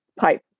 pipe